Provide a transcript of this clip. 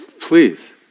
Please